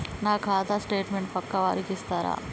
నా ఖాతా స్టేట్మెంట్ పక్కా వారికి ఇస్తరా?